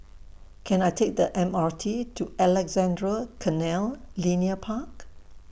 Can I Take The M R T to Alexandra Canal Linear Park